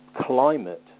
climate